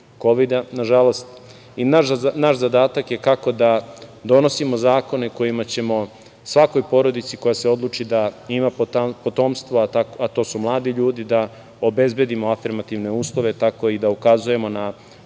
Naš zadatak je kako da donosimo zakone kojima ćemo svakoj porodici koja se odluči da ima potomstvo, a to su mladi ljudi da obezbedimo afirmativne uslove tako i da ukazujemo na